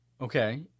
Okay